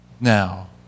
now